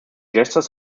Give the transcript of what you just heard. gestures